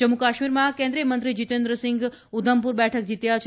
જમ્મુકાશ્મીરમાં કેન્દ્રિયમંત્રી જીતેન્દ્રસિંઘ ઉધમ્પુર બેઠક જીત્યા છે